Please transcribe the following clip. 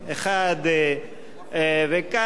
כאן,